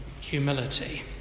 humility